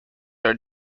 are